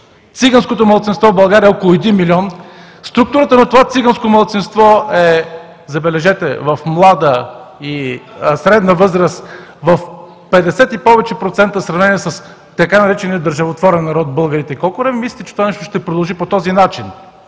циганското малцинство в България е около 1 милион. Структурата на това циганско малцинство, забележете, в млада и средна възраст, е в 50 и повече процента в сравнение с така наречения „държавотворен народ“ българите – колко време мислите, че това нещо ще продължи по този начин?